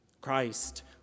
Christ